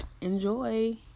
Enjoy